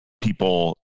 people